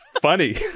funny